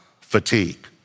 fatigue